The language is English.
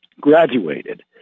graduated